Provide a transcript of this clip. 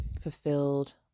fulfilled